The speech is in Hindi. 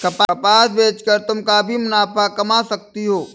कपास बेच कर तुम काफी मुनाफा कमा सकती हो